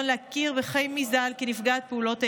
להכיר בחימי ז"ל כנפגעת פעולות איבה.